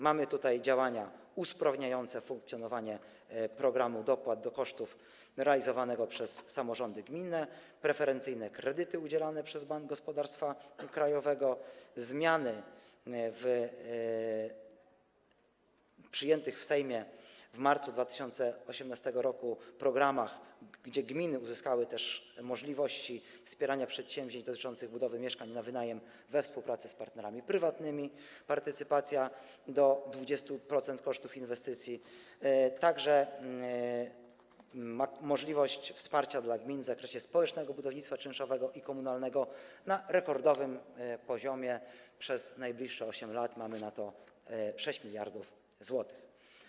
Mamy tutaj działania usprawniające funkcjonowanie programu dopłat do kosztów realizowanego przez samorządy gminne budownictwa, preferencyjne kredyty udzielane przez Bank Gospodarstwa Krajowego, zmiany w przyjętych w Sejmie w marcu 2018 r. programach, gdzie gminy uzyskały też możliwości wspierania przedsięwzięć dotyczących budowy mieszkań na wynajem we współpracy z partnerami prywatnymi, partycypację do 20% kosztów inwestycji, także możliwość wsparcia dla gmin w zakresie społecznego budownictwa czynszowego i komunalnego na rekordowym poziomie - przez najbliższe 8 lat mamy na to 6 mld zł.